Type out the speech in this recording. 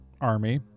army